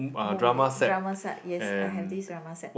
movie drama set yes I have this drama set